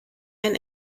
ein